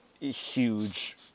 huge